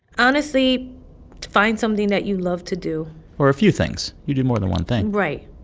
honestly, to find something that you love to do or a few things. you do more than one thing right.